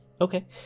Okay